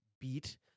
beat